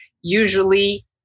usually